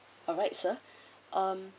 alright sir um